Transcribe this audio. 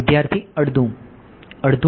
વિદ્યાર્થી અડધું